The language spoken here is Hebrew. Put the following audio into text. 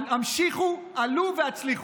המשיכו, עלו והצליחו.